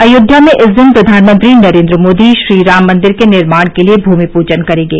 अयोध्या में इस दिन प्रधानमंत्री नरेन्द्र मोदी श्रीराम मंदिर के निर्माण के लिए भूमि पूजन करेंगे